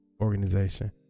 organization